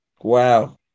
Wow